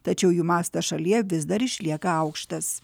tačiau jų mastas šalyje vis dar išlieka aukštas